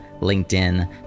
LinkedIn